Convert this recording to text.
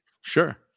Sure